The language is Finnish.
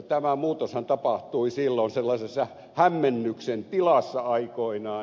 tämä muutoshan tapahtui silloin sellaisessa hämmennyksen tilassa aikoinaan